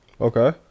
Okay